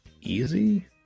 easy